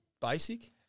basic